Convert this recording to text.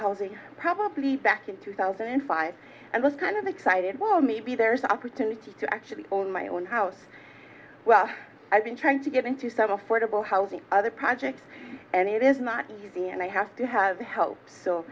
housing probably back in two thousand and five and was kind of excited well maybe there's opportunity to actually own my own house i've been trying to get into some affordable housing other projects and it is not easy and i have to have help so